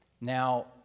Now